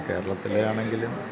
കേരളത്തിലെയാണെങ്കിലും